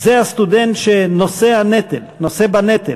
הסטודנט הוא שנושא בנטל,